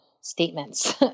statements